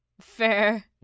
Fair